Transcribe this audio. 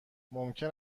ممکن